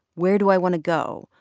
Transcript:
where do i want to go?